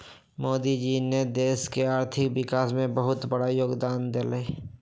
मोदी जी ने देश के आर्थिक विकास में बहुत बड़ा योगदान देलय